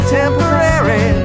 temporary